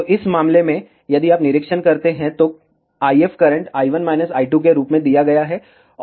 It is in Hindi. तो इस मामले में यदि आप निरीक्षण करते हैं तो IF करंट i1 i2 के रूप में दिया गया है